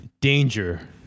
danger